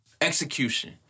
execution